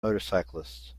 motorcyclist